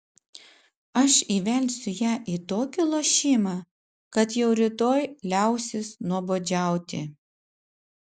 aš įvelsiu ją į tokį lošimą kad jau rytoj liausis nuobodžiauti